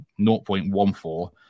0.14